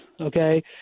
okay